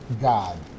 God